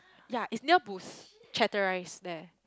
ya is near Boost Chaterise there